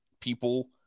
people